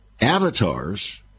avatars